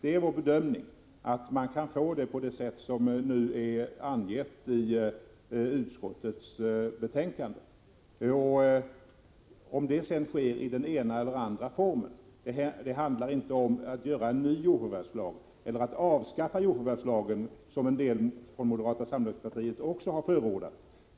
Enligt vår bedömning kan vi åstadkomma detta på det sätt som anges i utskottets betänkande. Det handlar inte om att stifta en ny jordförvärvslag eller att avskaffa nuvarande jordförvärvslag, vilket en del moderater har förordat.